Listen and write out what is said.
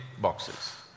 boxes